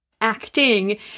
acting